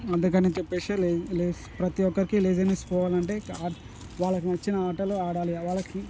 అందుకని చెప్పేసి లేజి ప్రతి ఒక్కరికి లేజినెస్ పోవాలంటే వాళ్ళకి నచ్చిన ఆటలు ఆడాలి వాళ్ళకి